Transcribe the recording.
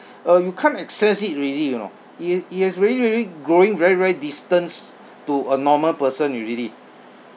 uh you can't access it already you know it it has really really growing very very distant to a normal person already